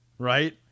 right